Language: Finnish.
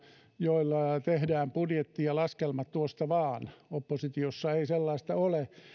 joilla tehdään budjetti ja laskelmat tuosta vain oppositiossa ei sellaista ole